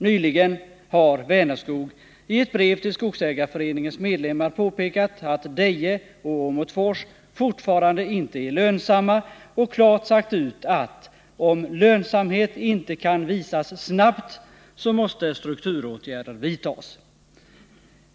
Nyligen har Vänerskog i ett brev till skogsägarföreningens medlemmar påpekat att Deje och Åmotfors fortfarande inte är lönsamma och klart sagt ut att om lönsamhet inte kan visas snabbt så måste strukturåtgärder vidtas.